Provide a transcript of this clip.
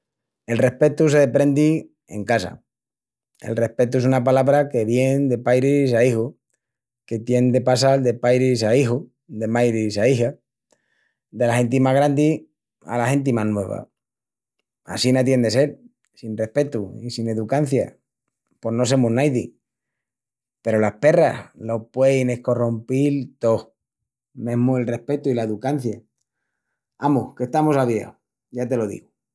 El respetu se deprendi en casa. El respetu es una palabra que vien de pairis a ijus, que tien de passal de pairis a ijus, de mairis a ijas, dela genti más grandi ala genti más nueva. Assina tien de sel, sin respetu i sin educancia pos no semus naidi. Peru las perras lo puein escorrumpil tó, mesmu el respetu i la educancia. Amus, qu'estamus aviaus, ya te lo digu!